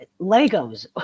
Legos